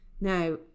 Now